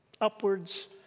upwards